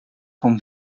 van